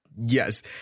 yes